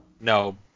No